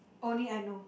only I know